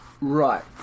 Right